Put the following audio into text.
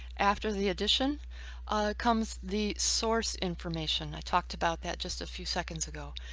after the edition comes the source information. i talked about that just a few seconds ago.